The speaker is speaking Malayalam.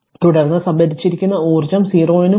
തുടർന്ന് സംഭരിച്ചിരിക്കുന്ന ഊർജ്ജം 0 നും 0